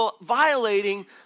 violating